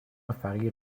فقیر